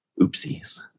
oopsies